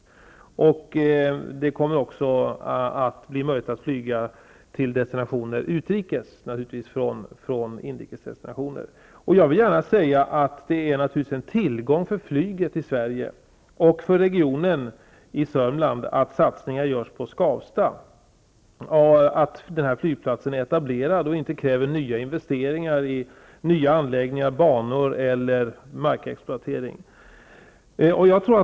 Det kommer naturligtvis också att bli möjligt att flyga till destinationer utrikes från inrikes flygplatser. Jag vill gärna säga att det naturligtvis är en tillgång för flyget i Sverige och för regionen i Sörmland att satsningar görs på Skavsta och att den flygplatsen är etablerad och inte kräver nya investeringar -- i anläggningar eller banor -- eller markexploatering.